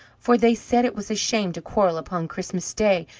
for they said it was a shame to quarrel upon christmas day.